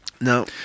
No